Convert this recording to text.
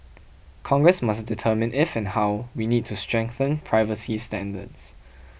Congress must determine if and how we need to strengthen privacy standards